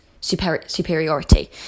superiority